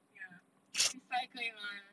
ya 要杀一个而已嘛